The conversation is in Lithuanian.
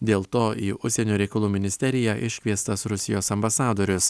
dėl to į užsienio reikalų ministeriją iškviestas rusijos ambasadorius